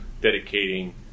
dedicating